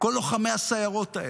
כל לוחמי הסיירות האלה,